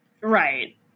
right